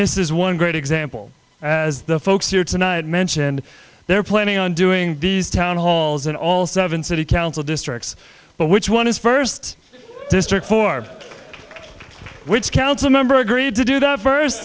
this is one great example as the folks here tonight mentioned they're planning on doing these town halls and all seven city council districts but which one is first district for which council member agreed to do that first